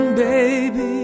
baby